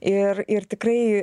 ir ir tikrai